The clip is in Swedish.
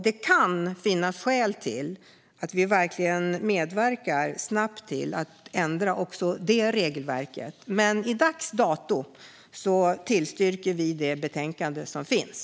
Det kan finnas skäl till att vi medverkar snabbt till att ändra också det regelverket. Men till dags dato tillstyrker vi det betänkande som finns.